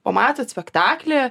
pamatot spektaklį